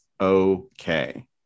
okay